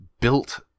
built